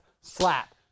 slap